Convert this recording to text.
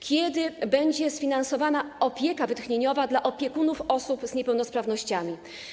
Kiedy będzie sfinansowana opieka wytchnieniowa dla opiekunów osób z niepełnosprawnościami?